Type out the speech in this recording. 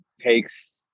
takes